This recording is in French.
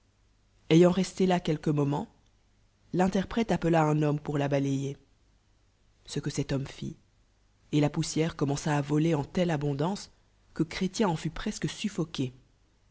ayant resté là quelques moments l'interprète appela un homme pour la balayer ce que cet bouffli fit etla penssière eommedçg b yôler en telle abondance que chrétien en fat presque suffoqué